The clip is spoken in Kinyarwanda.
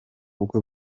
bukwe